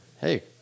hey